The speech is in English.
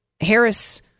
Harris